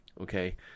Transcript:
Okay